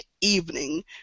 evening